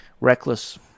reckless